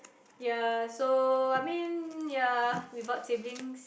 ya so I mean ya without siblings